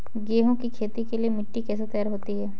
गेहूँ की खेती के लिए मिट्टी कैसे तैयार होती है?